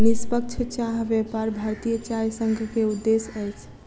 निष्पक्ष चाह व्यापार भारतीय चाय संघ के उद्देश्य अछि